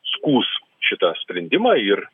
skųs šitą sprendimą ir